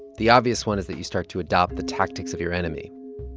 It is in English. the obvious one is that you start to adopt the tactics of your enemy.